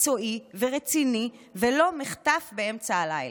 מקצועי ורציני, ולא מחטף באמצע הלילה.